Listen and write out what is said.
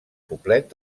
poblet